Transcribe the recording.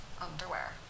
underwear